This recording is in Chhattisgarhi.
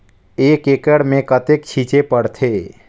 एक एकड़ मे कतेक छीचे पड़थे?